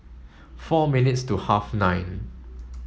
four minutes to half nine